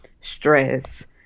stress